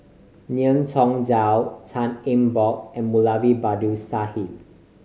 Ngiam Tong Dow Tan Eng Bock and Moulavi Babu Sahib